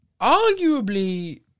arguably